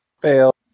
Fail